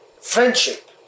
friendship